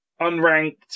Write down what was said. unranked